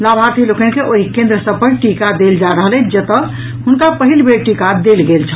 लाभार्थी लोकनि के ओहि केन्द्र सभ पर टीका देल जा रहल अछि जतऽ हुनका पहिल बेर टीका देल गेल छल